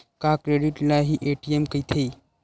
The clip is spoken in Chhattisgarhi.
का क्रेडिट ल हि ए.टी.एम कहिथे?